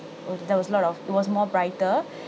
uh there was lot of it was more brighter